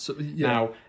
Now